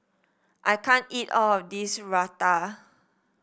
I can't eat all of this Raita